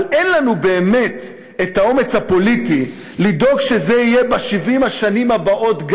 אבל אין לנו באמת האומץ הפוליטי לדאוג שזה יהיה גם ב-70 השנים הבאות.